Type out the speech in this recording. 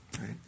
right